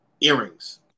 earrings